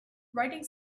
writing